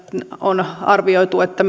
on arvioitu että